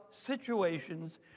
situations